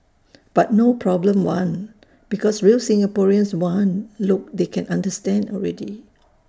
but no problem one because real Singaporeans one look they can understand already